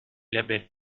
labels